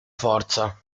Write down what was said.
forza